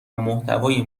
محتوای